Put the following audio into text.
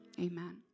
Amen